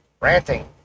ranting